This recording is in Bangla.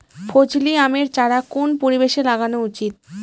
ফজলি আমের চারা কোন পরিবেশে লাগানো উচিৎ?